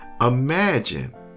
imagine